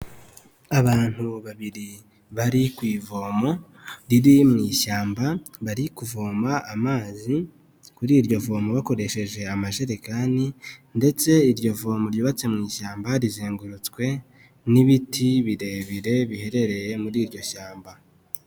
Abantu babiri bari ku ivomo riri mu ishyamba, bari kuvoma amazi kuri iryo vomo bakoresheje amajerekani ndetse iryo vomo ryubatse mu ishyamba rizengurutswe n'ibiti birebire biherereye muri iryo shyamba.